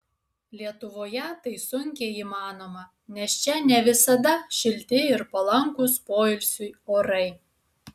lietuvoje tai sunkiai įmanoma nes čia ne visada šilti ir palankūs poilsiui orai